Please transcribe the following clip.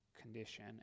condition